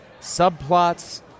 subplots